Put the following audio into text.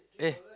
eh